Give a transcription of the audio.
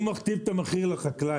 הוא מכתיב את המחירים לחקלאי.